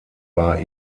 war